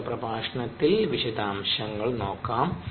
അടുത്ത പ്രഭാഷണത്തിൽ വിശദാംശങ്ങൾ നോക്കാം